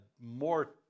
more